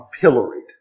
pilloried